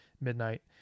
midnight